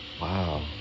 Wow